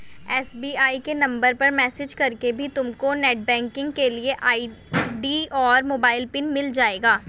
SBI के नंबर पर मैसेज करके भी तुमको नेटबैंकिंग के लिए आई.डी और मोबाइल पिन मिल जाएगा